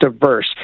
diverse